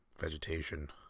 vegetation